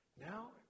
Now